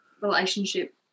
relationship